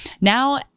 Now